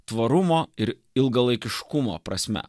tvarumo ir ilgalaikiškumo prasme